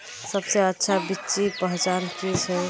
सबसे अच्छा बिच्ची पहचान की छे?